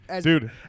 Dude